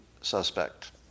suspect